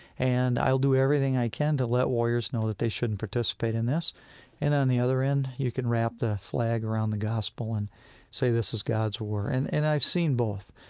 and i'll do everything i can to let warriors know that they shouldn't participate in this and on the other end, you can wrap the flag around the gospel and say this is god's war. and and i've seen both.